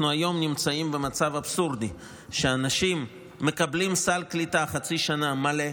אנחנו היום נמצאים במצב אבסורדי שאנשים מקבלים סל קליטה חצי שנה מלא,